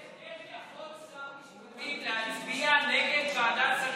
איך יכול שר משפטים להצביע נגד ועדת שרים